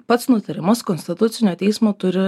pats nutarimas konstitucinio teismo turi